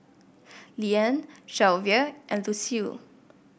Leanne Shelvia and Lucille